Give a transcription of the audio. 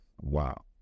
Wow